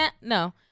No